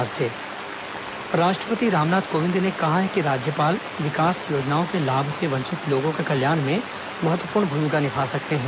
राज्यपाल सम्मेलन राष्ट्रपति रामनाथ कोविंद ने कहा है कि राज्यपाल विकास योजनाओं के लाभ से वंचित लोगों के कल्याण में महत्वपूर्ण भूमिका निभा सकते हैं